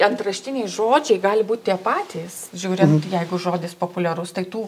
antraštiniai žodžiai gali būt tie patys žiūrint jeigu žodis populiarus tai tų